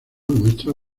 muestra